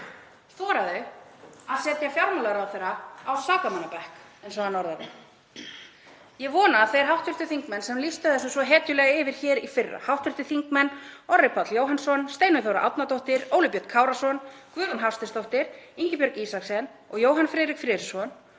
Þora þau að setja fjármálaráðherra á sakamannabekk, eins og hann orðaði það? Ég vona að þeir hv. þingmenn sem lýstu því svo hetjulega yfir hér í fyrra, hv. þingmenn Orri Páll Jóhannsson, Steinunn Þóra Árnadóttir, Óli Björn Kárason, Guðrún Hafsteinsdóttir, Ingibjörg Isaksen og Jóhann Friðrik Friðriksson,